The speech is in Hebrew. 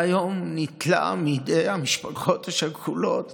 היום ניטלה מידי המשפחות השכולות